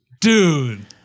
Dude